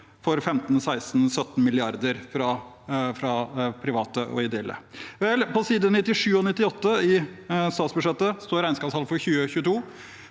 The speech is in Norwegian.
for 15–16– 17 mrd. kr fra private og ideelle. Vel, på side 97 og 98 i statsbudsjettet står regnskapstall for 2022: